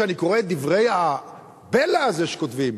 כשאני קורא את דברי הבלע האלה שכותבים,